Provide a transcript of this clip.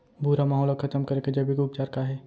भूरा माहो ला खतम करे के जैविक उपचार का हे?